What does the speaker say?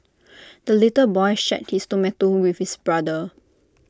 the little boy shared his tomato with his brother